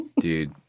dude